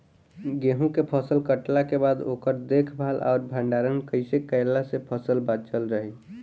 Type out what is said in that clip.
गेंहू के फसल कटला के बाद ओकर देखभाल आउर भंडारण कइसे कैला से फसल बाचल रही?